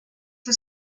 for